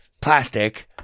plastic